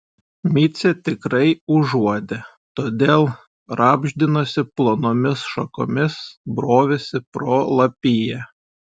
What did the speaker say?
micė tikrai užuodė todėl rabždinosi plonomis šakomis brovėsi pro lapiją